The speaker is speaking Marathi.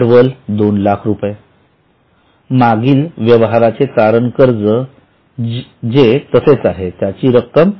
भांडवल २००००० रुपये मागील व्यवहाराचे तारण कर्ज जे तसेच आहे त्याची रक्कम रु